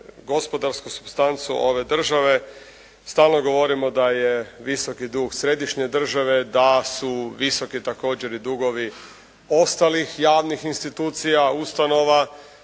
gospodarsku supstancu ove države. Stalno govorimo da je visoki dug središnje države, da su visoki također i dugovi ostalih javnih institucija, ustanova